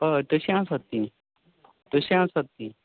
हय तशीं आसात तीं तशीं आसात तीं